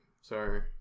Sorry